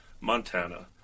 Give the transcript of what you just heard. Montana